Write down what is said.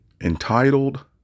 entitled